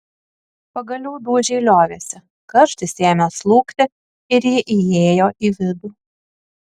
pagaliau dūžiai liovėsi karštis ėmė slūgti ir ji įėjo į vidų